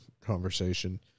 conversation